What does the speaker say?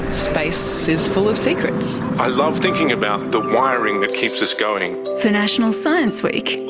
space is full of secrets. i love thinking about the wiring that keeps us going. for national science week,